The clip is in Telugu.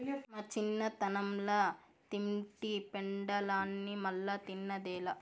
మా చిన్నతనంల తింటి పెండలాన్ని మల్లా తిన్నదేలా